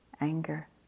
anger